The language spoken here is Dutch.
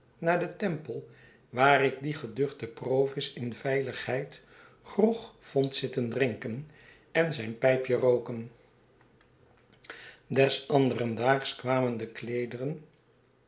naar den temple waar ik dien geduchten provis in veiligheid grog vond zitten drinken en zijn pijpje rooken l es anderen daags kwamen de